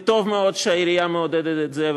וטוב מאוד שהעירייה מעודדת את זה,